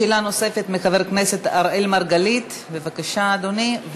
שאלה נוספת, חבר הכנסת אראל מרגלית, בבקשה, אדוני.